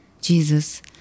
jesus